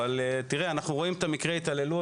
אבל אנחנו רואים את מקרי ההתעלות,